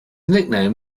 nickname